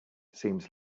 seems